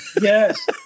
Yes